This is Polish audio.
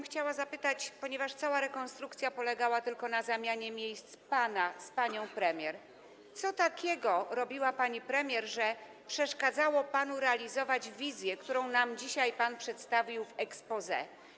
Chciałabym zapytać, ponieważ cała rekonstrukcja polegała tylko na zamianie miejsc pana z panią premier: Co takiego robiła pani premier, że przeszkadzało to panu realizować wizję, którą nam dzisiaj przedstawił pan w exposé?